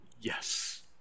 Yes